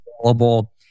available